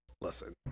listen